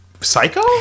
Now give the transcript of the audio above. Psycho